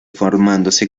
formándose